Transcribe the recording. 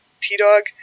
T-Dog